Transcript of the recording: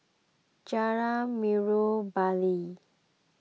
Jalan Bali